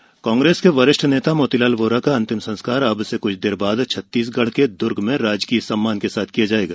वोरा निधन कांग्रेस के वरिष्ठ नेता मोतीलाल वोरा का अंतिम संस्कार अब से क्छ देर बाद छत्तीसगढ़ के द्र्ग में राजकीय सम्मान के साथ किया जाएगा